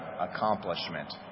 accomplishment